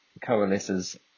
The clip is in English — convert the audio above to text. coalesces